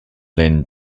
lynne